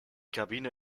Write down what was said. kabine